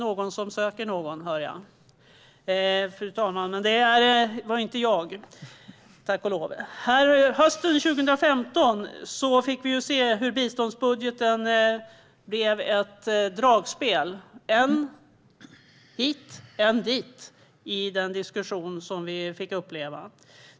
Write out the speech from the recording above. Hösten 2015 fick vi se hur biståndsbudgeten blev ett dragspel som gick än hit, än dit i den diskussion som vi fick uppleva.